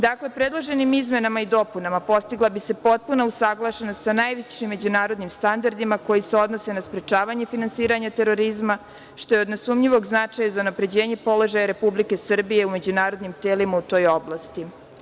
Dakle, predloženim izmenama i dopunama postigla bi se potpuna usaglašenost sa najvećim međunarodnim standardima koji se odnose na sprečavanje finansiranja terorizma, što je od nesumnjivog značaja za unapređenje položaja Republike Srbije u međunarodnim telima u toj oblasti.